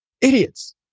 Idiots